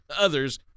others